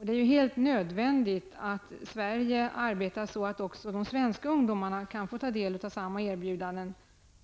Det är helt nödvändigt att man i Sverige arbetar för att också svenska ungdomar kan ta del av samma erbjudanden